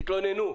תתלוננו.